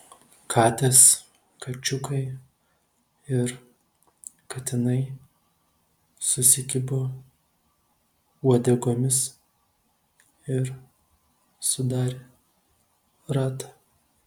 katės kačiukai ir katinai susikibo uodegomis ir sudarė ratą